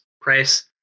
press